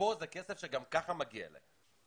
כאן זה כסף שגם כך מגיע להם.